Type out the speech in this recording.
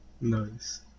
Nice